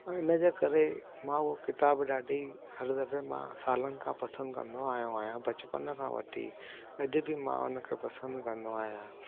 हिन जे करे मां उहो किताबु ॾाढी हर दफ़े मां सालनि खां पसंदि कंदो आहियो आयां बचपन खां वठी अॼ बि मां उन खे पसंदि कंदो आहियां